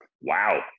wow